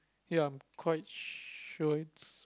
ya I'm quite sure its